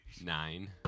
Nine